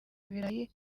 ibirayi